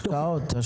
השקעות?